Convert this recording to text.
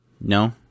No